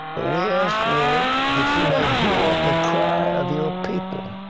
we ask, lord, that you might hear the cry of your people,